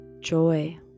Joy